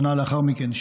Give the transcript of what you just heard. שנה לאחר מכן,